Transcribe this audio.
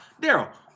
daryl